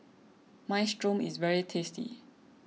Minestrone is very tasty